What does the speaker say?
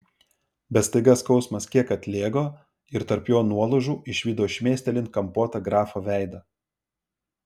bet staiga skausmas kiek atlėgo ir tarp jo nuolaužų išvydau šmėstelint kampuotą grafo veidą